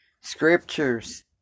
Scriptures